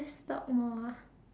please stop a moment